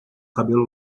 cabelo